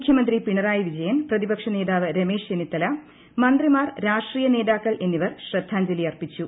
മുഖ്യമന്ത്രി പിണറായി വിജയൻ പ്രതിപക്ഷനേതാവ് രമേശ് ചെന്നിത്തല മന്ത്രിമാർ രാഷ്ട്രീയു നേതാക്കൾ എന്നിവർ ശ്രദ്ധാഞ്ജലി അർപ്പിച്ചു